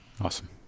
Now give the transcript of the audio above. Awesome